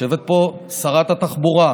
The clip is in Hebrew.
יושבת פה שרת התחבורה.